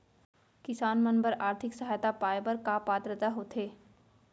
किसान मन बर आर्थिक सहायता पाय बर का पात्रता होथे?